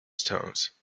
stones